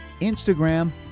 Instagram